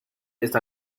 está